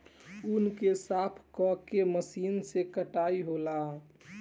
ऊँन के साफ क के मशीन से कताई होला